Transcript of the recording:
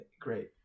great